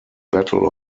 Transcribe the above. battle